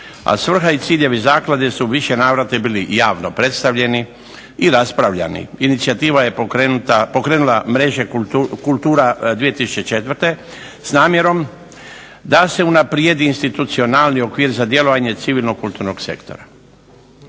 a svrha i ciljevi zaklade su u više navrata bili javno predstavljeni i raspravljani. Inicijativa je pokrenula mreže kultura 2004., s namjerom da se unaprijedi institucionalni okvir za djelovanje civilnog kulturnog sektora.